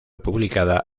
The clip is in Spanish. publicada